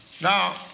Now